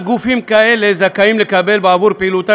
רק גופים כאלה זכאים לקבל בעבור פעילותם